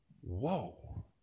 whoa